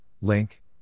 link